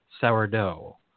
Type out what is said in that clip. sourdough